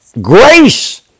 grace